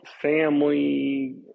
family